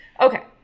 Okay